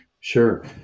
Sure